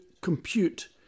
compute